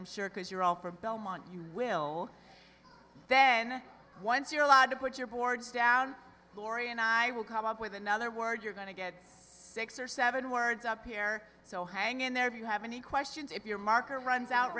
i'm sure because you're all for belmont you will then once you're allowed to put your boards down lori and i will come up with another word you're going to get six or seven words up here so hang in there if you have any questions if your marker runs out